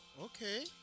okay